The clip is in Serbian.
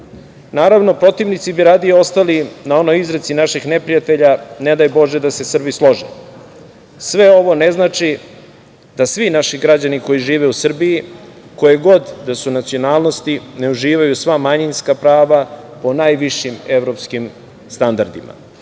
pravo. Naravno, protivnici bi radije ostali na onoj izreci naših neprijatelja – ne daj Bože da se Srbi slože. Sve ovo ne znači da svi naši građani koji žive u Srbiji, koje god da su nacionalnosti ne uživaju sva manjinska prava po najvišim evropskim standardima.